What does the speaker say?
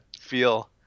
feel